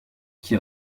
qui